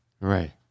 Right